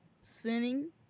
sinning